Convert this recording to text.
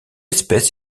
espèce